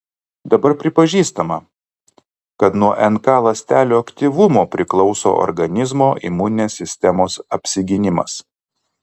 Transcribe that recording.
dabar pripažįstama kad nuo nk ląstelių aktyvumo priklauso organizmo imuninės sistemos apsigynimas